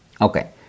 okay